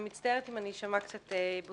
אני מצטערת אם אני אשמע קצת בוטה,